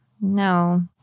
no